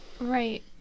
Right